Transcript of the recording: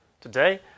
Today